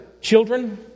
children